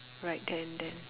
right then then